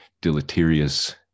deleterious